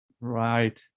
Right